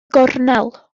gornel